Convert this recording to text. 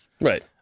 Right